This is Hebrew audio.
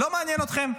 לא מעניין אתכם?